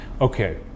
okay